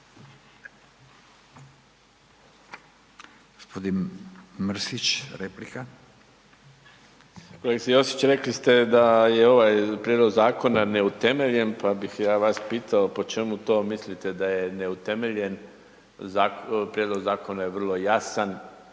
Mirando (Demokrati)** Kolegice Josić, rekli ste da je ovaj prijedlog zakona neutemeljen pa bih ja vas pitao po čemu to mislite da je neutemeljen? Prijedlog zakona je vrlo jasan,